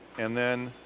and then